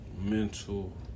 mental